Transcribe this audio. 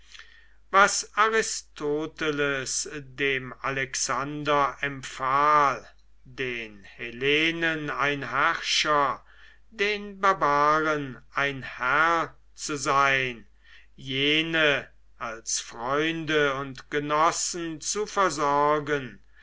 was aristoteles dem alexander empfahl den hellenen ein herrscher den barbaren ein herr zu sein jene als freunde und genossen zu versorgen